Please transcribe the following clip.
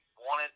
wanted